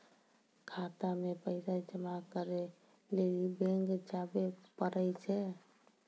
खाता मे पैसा जमा करै लेली बैंक जावै परै छै